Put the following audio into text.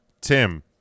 Tim